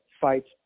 fights